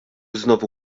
znowu